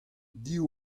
div